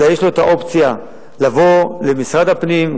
אלא יש לו האופציה לבוא למשרד הפנים,